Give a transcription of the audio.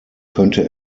könnte